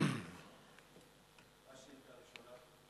מה השאילתא הראשונה?